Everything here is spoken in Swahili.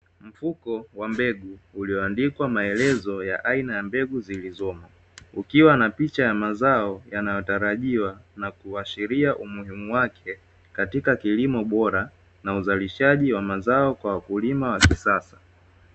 Mfuko wa mbegu ullioandikwa aina ya mbegu zilizomo, ukiwa na picha za mazao uliotarajiwa na kuashiria umuhimu wake katika kilimo bora na uzalishaji wa mazao kwa wakulima wa kisasa.